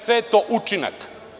Sve je to učinak.